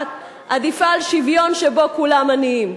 צומחת עדיפה על שוויון שבו כולם עניים.